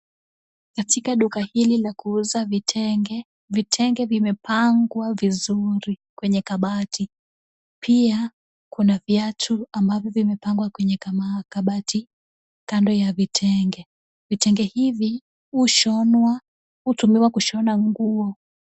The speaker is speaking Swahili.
Katika duka hili la kuuza vitenge, vitenge vimepangwa vizuri kwenye kabati. Pia, kuna viatu ambavyo zimepangwa kwenye kabati kando ya vitenge. Vitenge hivi hutumiwa kushona nguo.